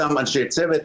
אותם אנשי צוות,